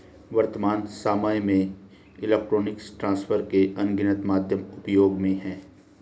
वर्त्तमान सामय में इलेक्ट्रॉनिक ट्रांसफर के अनगिनत माध्यम उपयोग में हैं